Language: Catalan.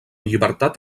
llibertat